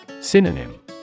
Synonym